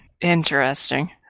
interesting